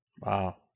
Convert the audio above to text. Wow